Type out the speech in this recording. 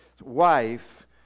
wife